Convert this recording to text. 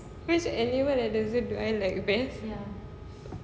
which animal at the zoo do I like best